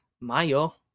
mayo